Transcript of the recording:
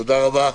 תודה רבה.